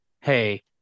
Hey